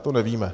To nevíme.